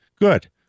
good